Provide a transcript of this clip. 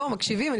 לא, מקשיבים.